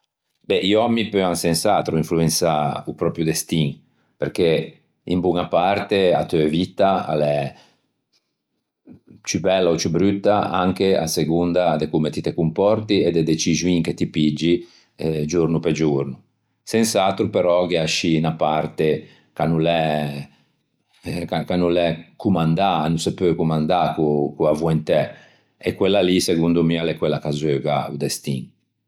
Beh i òmmi peuan sens'atro influensâ o pròpio destin perché in boña parte a teu vitta a l'é ciù bella ò ciù brutta anche à segonda de comme ti te comporti e de decixioin che ti piggi giorno pe giorno. Sens'atro però gh'è ascì unna parte ch'a no l'é commandâ a no se peu commandâ co co-a voentæ e quella lì segondo mi a l'é quella ch'a zeuga o destin.